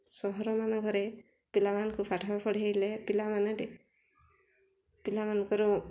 ସହରମାନଙ୍କରେ ପିଲାମାନଙ୍କୁ ପାଠ ପଢ଼ାଇଲେ ପିଲାମାନେ ପିଲାମାନଙ୍କର